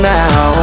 now